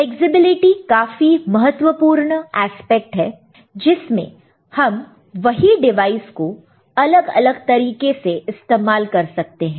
flexibility काफी महत्वपूर्ण expect है जिसमें हम वही डिवाइस को अलग अलग तरीके से इस्तेमाल कर सकते हैं